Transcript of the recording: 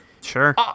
sure